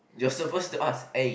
you're supposed to ask eh